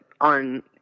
on